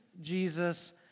Jesus